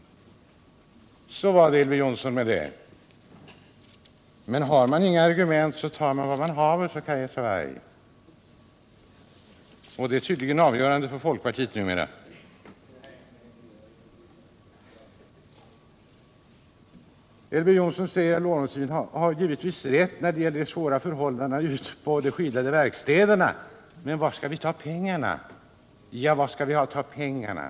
Så var det med det, Elver Jonsson. Men har man inga argument så tar man vad man haver, sade Kajsa Warg. Det är tydligen avgörande för folkpartiet numera. Elver Jonsson säger: Gustav Lorentzon har givetvis rätt när det gäller de svåra förhållandena på de skyddade verkstäderna, men var skall vi ta pengarna? Ja, var skall vi ta pengarna?